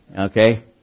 Okay